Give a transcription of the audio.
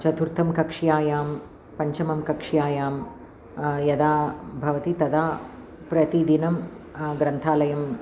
चतुर्थकक्ष्यायां पञ्चमकक्ष्यायां यदा भवति तदा प्रतिदिनं ग्रन्थालयं